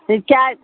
تِکیٛازِ